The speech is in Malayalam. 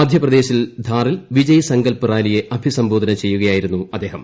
മധ്യപ്രദേശിൽ ധാറിൽ വിജയ് സങ്കല്പ് റാലിയെ അഭിസംബോധന ചെയ്യുകയായിരുന്നു അദ്ദേഹം